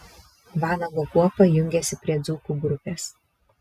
vanago kuopa jungiasi prie dzūkų grupės